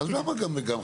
אז למה גם וגם?